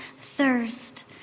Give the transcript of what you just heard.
thirst